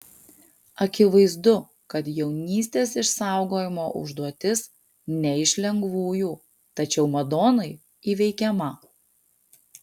akivaizdu kad jaunystės išsaugojimo užduotis ne iš lengvųjų tačiau madonai įveikiama